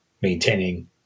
maintaining